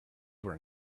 were